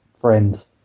friends